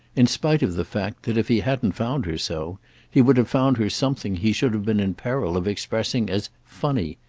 in spite of the fact that if he hadn't found her so he would have found her something he should have been in peril of expressing as funny.